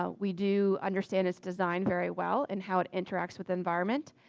ah we do understand is designed very well, and how it interacts with environment,